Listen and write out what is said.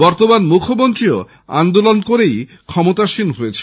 বর্তমান মুখ্যমন্ত্রীও আন্দোলন করে ক্ষমতাসীন হয়েছেন